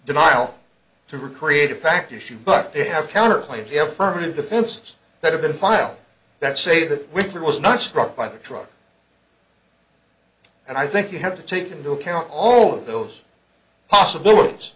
denial to recreate a fact issue but they have counterplay be affirmative defenses that have been filed that say that winter was not struck by the truck and i think you have to take into account all of those possibilities